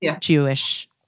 Jewish